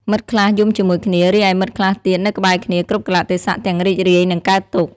មិត្តខ្លះយំជាមួយគ្នា រីឯមិត្តខ្លះទៀតនៅក្បែរគ្នា គ្រប់កាលៈទេសៈទាំងរីករាយ និងកើតទុក្ខ។